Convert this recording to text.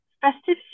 festive